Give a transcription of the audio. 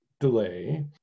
delay